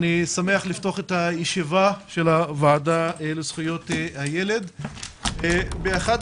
אני שמח לפתוח את הישיבה של הוועדה לזכויות הילד באחד